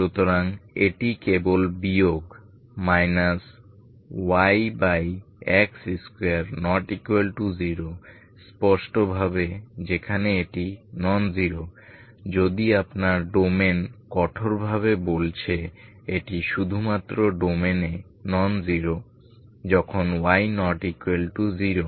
সুতরাং এটি কেবল বিয়োগ yx2≠0 স্পষ্টভাবে যেখানে এটি নন জিরো যদি আপনার ডোমেন কঠোরভাবে বলছে এটি শুধুমাত্র ডোমেনে নন জিরো যখন y ≠ 0